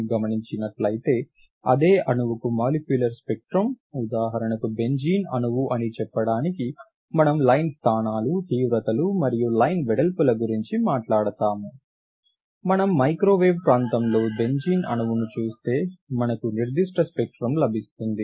మనం గమనించినట్లైతే అదే అణువుకు మాలిక్యులర్ స్పెక్ట్రం ఉదాహరణకు బెంజీన్ అణువు అని చెప్పడానికి మనం లైన్ స్థానాలు తీవ్రతలు మరియు లైన్ వెడల్పుల గురించి మాట్లాడుతాము మనం మైక్రోవేవ్ ప్రాంతంలో బెంజీన్ అణువును చూస్తే మనకు నిర్దిష్ట స్పెక్ట్రం లభిస్తుంది